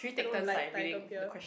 I don't like Tiger beer